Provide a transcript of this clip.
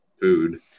food